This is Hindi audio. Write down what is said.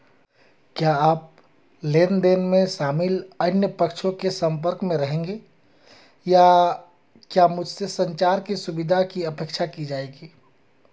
क्या आप लेन देन में शामिल अन्य पक्षों के संपर्क में रहेंगे या क्या मुझसे संचार की सुविधा की अपेक्षा की जाएगी?